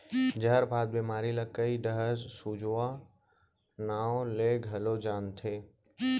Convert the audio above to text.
जहरबाद बेमारी ल कइ डहर सूजवा नांव ले घलौ जानथें